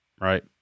Right